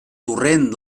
torrent